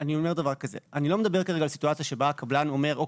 אני אומר דבר כזה: אני לא מדבר כרגע על סיטואציה שבה הקבלן אומר אוקיי,